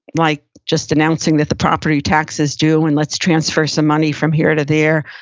like just announcing that the property tax is due and let's transfer some money from here to there,